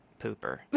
pooper